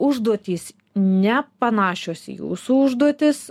užduotys ne panašios į jūsų užduotis